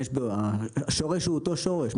השורש הוא אותו שורש.